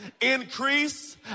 increase